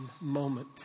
moment